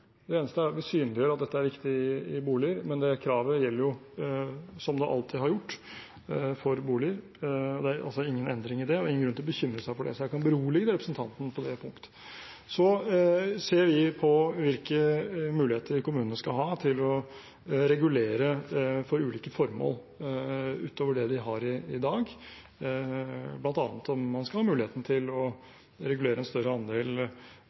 synliggjør at dette er viktig i boliger, men det kravet gjelder jo, som det alltid har gjort, for boliger. Det er altså ingen endring i det, og det er ingen grunn til å bekymre seg for det, så jeg kan berolige representanten på det punktet. Så ser vi på hvilke muligheter kommunene skal ha til å regulere for ulike formål, utover det de har i dag, bl.a. om man skal ha muligheten til å regulere en større andel